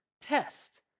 test